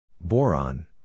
boron